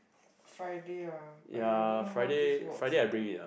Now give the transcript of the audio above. Friday ah !aiya! don't know how this works eh